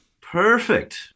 Perfect